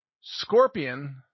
Scorpion